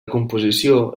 composició